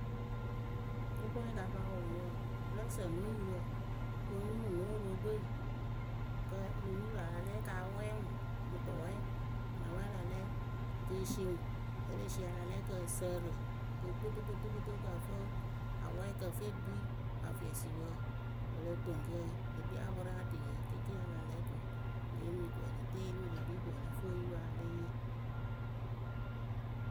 Kʊkɔɛ ka pa wʊʊ ŋwɨ wǝǝ ǝ lǝ́ǝ sǝ no yurǝ kɨ o nuuru no wɨrookpǝ we kǝ́ ǝ lo nuuru a la lɛ ka wɛɛ ŋwɨ mɨ tʊwɛɛwǝ a la wɛɛ a la lɛ ke sie ŋwɨ, vǝ́ e le sie a la lɛ kɨ ǝ sǝǝrɨ kɨ kpotokpotokpoto kɨ ǝ fɨ awɛ kɨ ǝ fɨ e kpii a fiɔ siwǝ o lo toŋ kɨ e kpii apʊraatuyǝ kɩɩkɩ a la lɛ ko e le yeemi ko ǝ lǝ tɨ yɩlɩwǝ ko ǝ lǝ fɨ oyupǝ a yaa lée yee.